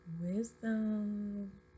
wisdom